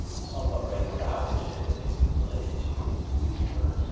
somewhat regular outages basically related to zookeeper.